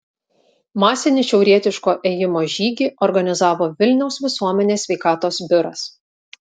masinį šiaurietiško ėjimo žygį organizavo vilniaus visuomenės sveikatos biuras